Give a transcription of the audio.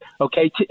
okay